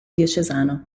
diocesano